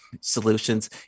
solutions